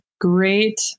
great